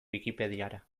wikipediara